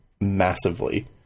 massively